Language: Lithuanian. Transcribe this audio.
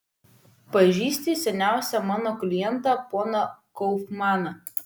pažįsti seniausią mano klientą poną kaufmaną